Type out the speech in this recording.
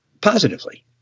positively